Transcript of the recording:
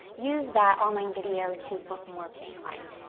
use that online video to book more paying clients?